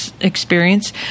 experience